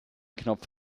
knopf